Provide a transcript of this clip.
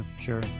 sure